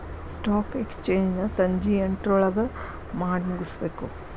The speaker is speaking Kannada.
ಸ್ಟಾಕ್ ಎಕ್ಸ್ಚೇಂಜ್ ನ ಸಂಜಿ ಎಂಟ್ರೊಳಗಮಾಡಿಮುಗ್ಸ್ಬೇಕು